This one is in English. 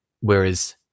Whereas